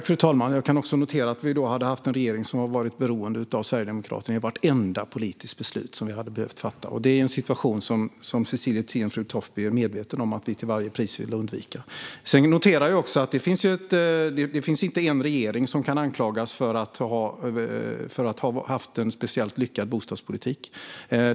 Fru talman! Själv kan jag notera att vi i så fall hade haft en regering som hade varit beroende av Sverigedemokraterna i vartenda politiskt beslut som vi skulle ha fattat. Det är en situation som vi till varje pris ville undvika, vilket Cecilie Tenfjord Toftby är medveten om. Det finns inte någon regering som kan anklagas för att ha haft en speciellt lyckad bostadspolitik.